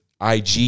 IG